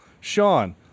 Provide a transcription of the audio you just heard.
Sean